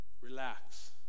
relax